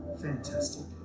fantastic